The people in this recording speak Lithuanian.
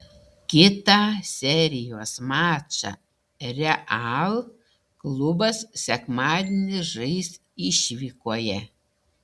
kitą serijos mačą real klubas sekmadienį žais išvykoje